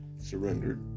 surrendered